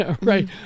Right